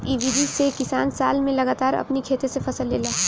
इ विधि से किसान साल में लगातार अपनी खेते से फसल लेला